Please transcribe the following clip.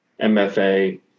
mfa